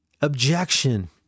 objection